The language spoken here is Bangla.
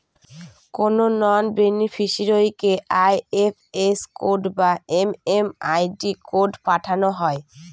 কোনো নন বেনিফিসিরইকে আই.এফ.এস কোড বা এম.এম.আই.ডি কোড পাঠানো হয়